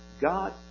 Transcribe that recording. God